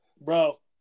Bro